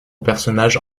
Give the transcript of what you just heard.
personnages